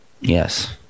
Yes